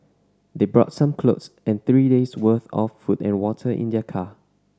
they brought some clothes and three days' worth of food and water in their car